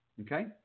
Okay